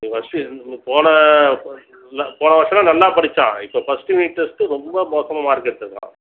நீங்கள் ஃபஸ்ட்டு போன போன வருஷம்லாம் போன வருஷம்லாம் நல்லா படித்தான் இப்போ ஃபஸ்ட்டு யூனிட் டெஸ்ட்டு ரொம்ப மோசமாக மார்க் எடுத்திருக்கான்